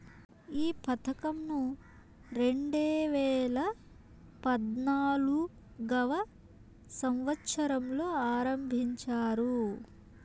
ఈ పథకంను రెండేవేల పద్నాలుగవ సంవచ్చరంలో ఆరంభించారు